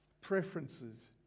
preferences